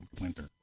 winter